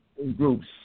Groups